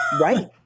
Right